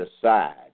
aside